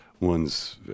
ones